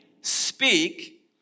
speak